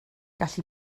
gallu